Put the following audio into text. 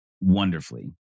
wonderfully